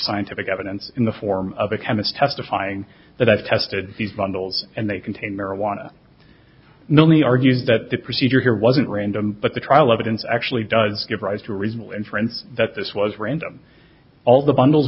scientific evidence in the form of a chemist testifying that i've tested these bundles and they contain marijuana nomi argues that the procedure here wasn't random but the trial evidence actually does give rise to reasonable inference that this was random all the bundles